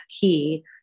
key